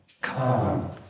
come